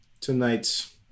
tonight